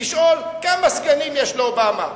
לשאול כמה סגנים יש לאובמה.